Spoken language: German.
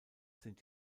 sind